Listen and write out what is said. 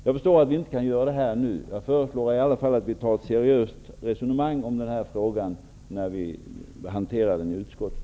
Jag förstår att vi inte kan göra det nu, men jag föreslår att vi ändå tar ett seriöst resonemang i denna fråga när vi hanterar den i utskottet.